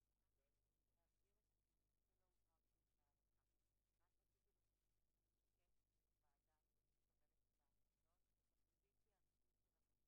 תיתן מענה גם ליום השאיבה וההפריה שבו נדרשת היעדרות של יום שלם.